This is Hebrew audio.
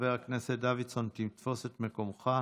חבר הכנסת דוידסון, תפוס את מקומך.